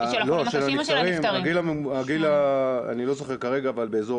אני לא זוכר כרגע, אבל הוא נמוך,